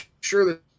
sure